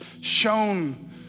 shown